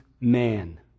man